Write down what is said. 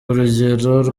urugero